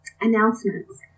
Announcements